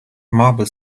maple